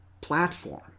platform